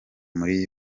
muri